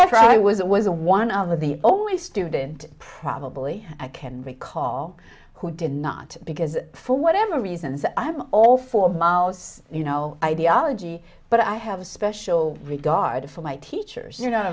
never i was it was a one of the only student probably i can recall who did not because for whatever reasons i'm all for mouse you know ideology but i have a special regard for my teachers you